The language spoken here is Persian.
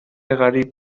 قریب